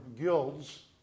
guilds